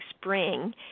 spring